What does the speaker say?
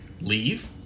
leave